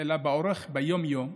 אלא ביום-יום,